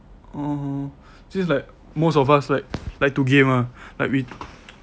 uh since like most of us like like to game ah like we